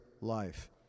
life